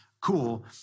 cool